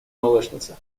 молочница